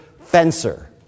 fencer